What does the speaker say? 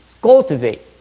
cultivate